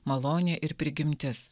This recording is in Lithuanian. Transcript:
malonė ir prigimtis